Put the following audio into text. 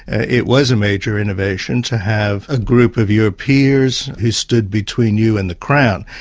it was a major innovation to have a group of your peers who stood between you and the crown,